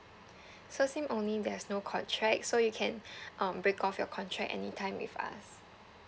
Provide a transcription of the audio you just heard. so SIM only there is no contract so you can um break off your contract anytime with us